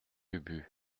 ubu